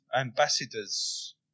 ambassadors